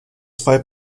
zwei